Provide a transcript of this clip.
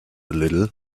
little